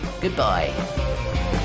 Goodbye